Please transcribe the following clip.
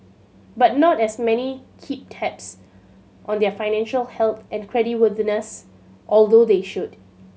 but not as many keep tabs on their financial health and creditworthiness although they should